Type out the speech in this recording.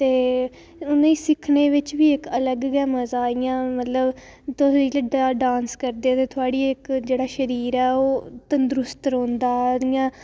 ते मिगी सिक्खने बिच बी अलग गै मज़ा इं'या तुस जेल्लै डांस करदे ते थोह्ड़ा जेह्ड़ा शरीर ऐ ओह् तंदरुस्त रौहंदा इं'या